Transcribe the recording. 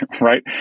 right